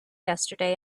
yesterday